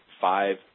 five